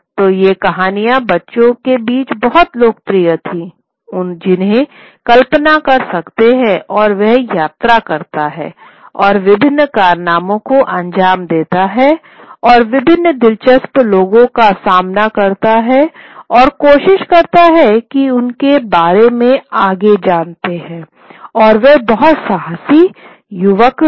तो यह कहानियाँ बच्चों के बीच बहुत लोकप्रिय थीं जिन्हें कल्पना कर सकते है और वह यात्रा करता है और विभिन्न कारनामों को अंजाम देता है और विभिन्न दिलचस्प लोगों का सामना करता है और कोशिश करता है कि आप उनके बारे में आगे जानते हैं वह एक बहुत साहसी युवा हैं